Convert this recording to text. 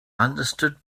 understood